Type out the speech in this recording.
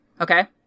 okay